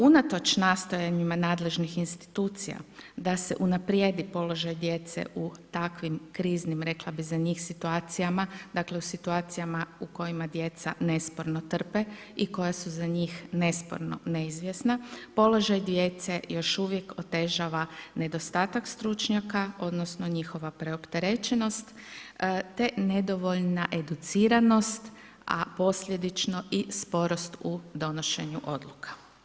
Unatoč nastojanjima nadležnih institucija da se unaprijedi položaj djece u takvim kriznim, rekla bih za njih situacijama, dakle u situacijama u kojima djeca nesporno trpe i koja su za njih nesporno neizvjesna, položaj djece još uvijek otežava nedostatak stručnjaka odnosno njihova preopterećenost te nedovoljna educiranost, a posljedično i sporost u donošenju odluka.